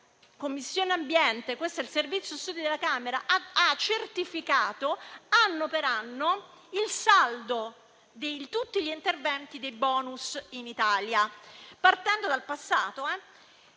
ho scoperto che il Servizio studi della Camera ha certificato anno per anno il saldo di tutti gli interventi dei *bonus* in Italia, partendo dal passato.